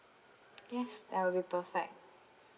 yes that will be perfect